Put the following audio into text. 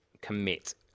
commit